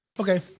Okay